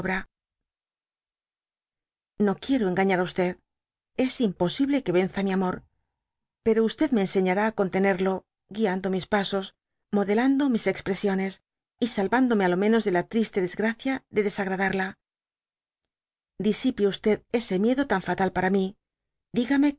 no quiero engañar á es imposible que renca mi amor pero me enseñará á contenerlo guiando mis pasos modelando mis expresiones y sahrandome á lo menos de la triste desgracia de desagradarla disipe ese miedo tan fatal para mi digame